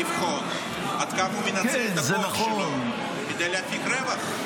לבחון עד כמה הוא מנצל את הכוח שלו כדי להפיק רווח.